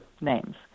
names